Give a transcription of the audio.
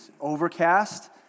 overcast